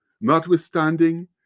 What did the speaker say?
Notwithstanding